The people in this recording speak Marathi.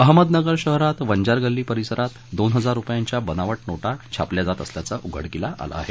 अहमदनगर शहरात वंजारगल्ली परिसरात दोन हजार रुपयांच्या बनावट नोटा छापल्या जात असल्याचं उघडकीला आलं आहे